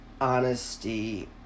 honesty